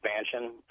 expansion